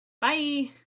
Bye